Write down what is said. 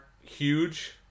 huge